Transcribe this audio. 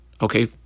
okay